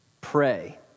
Pray